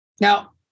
Now